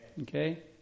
Okay